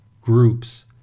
groups